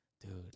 dude